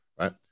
right